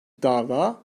dava